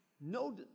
No